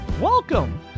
Welcome